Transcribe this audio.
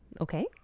Okay